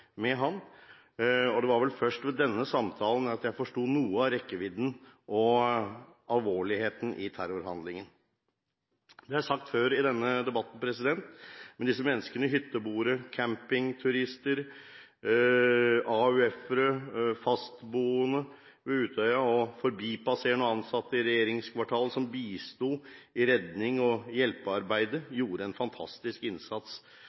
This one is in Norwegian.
med ham, og det var vel først ved denne samtalen at jeg forsto noe av rekkevidden av og alvorligheten i terrorhandlingen. Det er sagt før i denne debatten, men disse menneskene – hytteboere, campingturister, AUF-ere og fastboende ved Utøya, og forbipasserende og ansatte i regjeringskvartalet, som bisto i rednings- og hjelpearbeidet – gjorde en fantastisk innsats